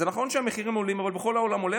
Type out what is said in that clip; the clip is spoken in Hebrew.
זה נכון שהמחירים עולים, אבל בכל העולם עולה.